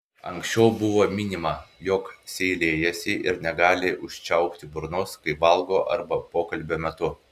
anksčiau buvo minima jog seilėjasi ir negali užčiaupti burnos kai valgo arba pokalbio metu